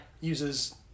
uses